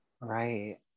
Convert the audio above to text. Right